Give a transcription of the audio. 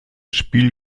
spiel